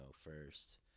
first